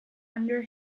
under